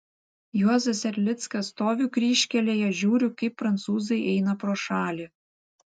juozas erlickas stoviu kryžkelėje žiūriu kaip prancūzai eina pro šalį